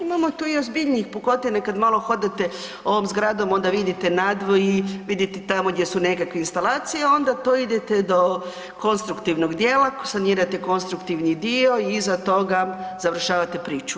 Imamo tu ozbiljnijih pukotina kada malo hodate ovom zgradom onda vidite nadvoji, vidite tamo gdje su nekakve instalacije onda to idete do konstruktivnog dijela, sanirate konstruktivni dio i iza toga završavate priču.